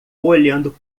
olhando